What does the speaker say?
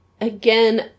again